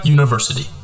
University